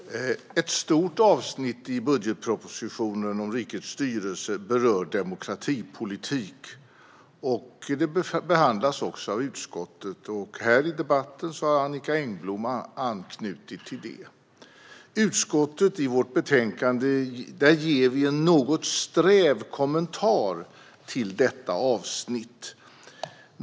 Herr talman! Ett stort avsnitt i budgetpropositionen om rikets styrelse berör demokratipolitik. Det behandlas också av utskottet, och här i debatten har Annicka Engblom anknutit till det. Utskottet ger i sitt betänkande en något sträv kommentar till detta avsnitt.